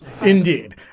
indeed